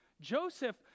Joseph